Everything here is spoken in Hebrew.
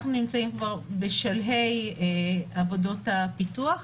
אנחנו נמצאים כבר בשלהי עבודות הפיתוח,